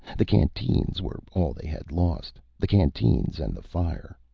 the canteens were all they had lost the canteens and the fire.